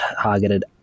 targeted